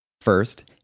First